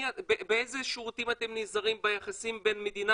באיזה שירותים אתם נעזרים ביחסים בין מדינת